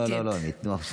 לא, לא, הם ייתנו.